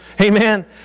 Amen